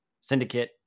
syndicate